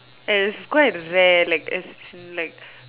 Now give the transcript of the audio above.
and it is quite rare like as in like